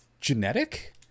genetic